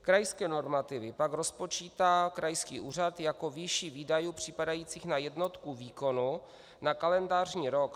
Krajské normativy pak rozpočítá krajský úřad jako výši výdajů připadajících na jednotku výkonu na kalendářní rok.